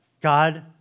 God